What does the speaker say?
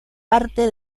parte